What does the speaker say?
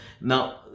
now